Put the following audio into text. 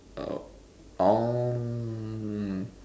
oh orh